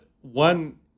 one